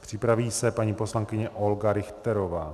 Připraví se paní poslankyně Olga Richterová.